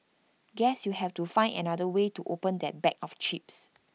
guess you have to find another way to open that bag of chips